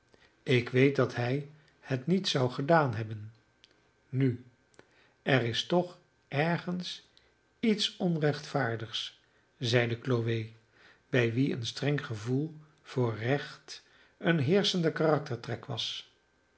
ik weet dat hij het niet zou gedaan hebben nu er is toch ergens iets onrechtvaardigs zeide chloe bij wie een streng gevoel voor recht een heerschende karaktertrek was